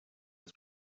was